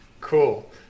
Cool